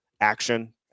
action